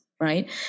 Right